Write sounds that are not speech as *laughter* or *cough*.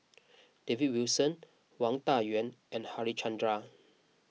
*noise* David Wilson Wang Dayuan and Harichandra